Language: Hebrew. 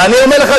ואני אומר לך,